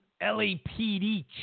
LAPD